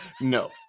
no